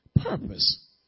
purpose